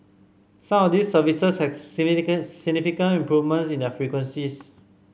some of these services have significant significant improvement in their frequencies